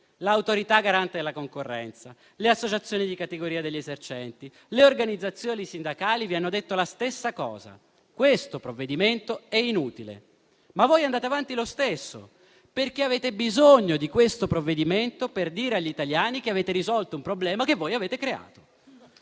dall'Autorità garante della concorrenza e del mercato alle associazioni di categoria degli esercenti e alle organizzazioni sindacali, vi hanno detto la stessa cosa: questo provvedimento è inutile. Ma voi andate avanti lo stesso, perché avete bisogno di questo provvedimento, per dire agli italiani che avete risolto un problema che voi avete creato,